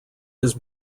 his